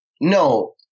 no